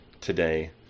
today